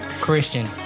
Christian